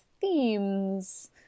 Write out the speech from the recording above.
themes